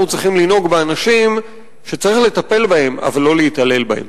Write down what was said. צריכים לנהוג באנשים שצריך לטפל בהם אבל לא להתעלל בהם.